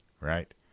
right